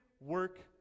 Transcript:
work